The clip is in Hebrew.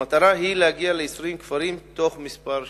המטרה היא להגיע ל-20 כפרים בתוך כמה שנים,